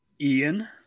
Ian